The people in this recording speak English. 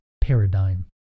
paradigm